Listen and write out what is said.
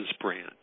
brand